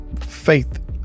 faith